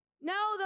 No